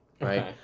right